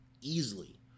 easily